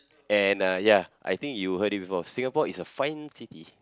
and uh ya I think you heard it before Singapore is a fine city